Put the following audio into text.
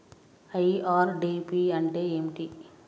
IRDP అంటే ఏమిటి?